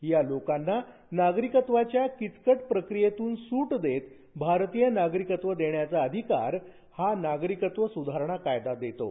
या लोकांना नागरिकत्वाच्या किचकट प्रक्रियेतून सूट देत भारतीय नागरिकत्व देण्याचा अधिकार हा नागरिकत्व सुधारणा कायदा देतो